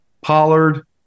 Pollard